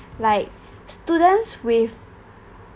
like students with